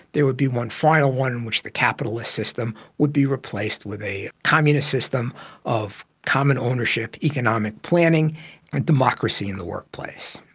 there would be one final one in which the capitalist system would be replaced with a communist system of common ownership, economic planning and democracy in the workplace.